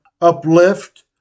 uplift